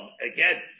again